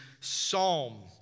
Psalm